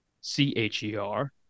C-H-E-R